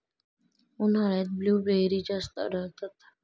उन्हाळ्यात ब्लूबेरी जास्त आढळतात